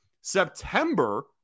September